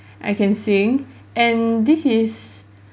I can sing and this is